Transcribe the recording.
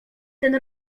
ten